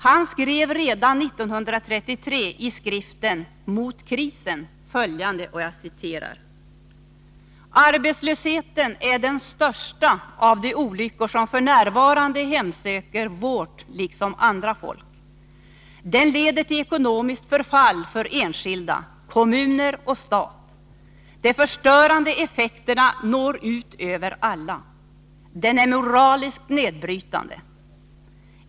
Han skrev redan 1933 i skriften Mot krisen följande: ”Arbetslösheten är den största av de olyckor som för närvarande hemsöker vårt liksom andra folk. Den leder till ekonomiskt förfall för enskilda, kommuner och stat; de förstörande effekterna når ut över alla. Den är moraliskt nedbrytande.